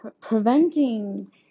preventing